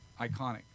iconic